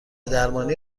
درمانی